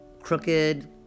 crooked